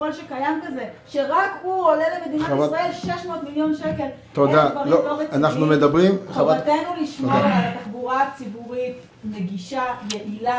כשהפחיתו ל-50% ואז העלו ל-75% ואנחנו אמרנו שבגלל הקורונה צריך להפך,